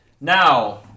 now